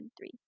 three